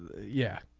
yeah.